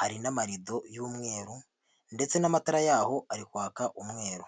Hari n'amarido y'umweru, ndetse n'amatara yaho ari kwaka umweru.